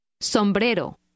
Sombrero